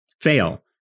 fail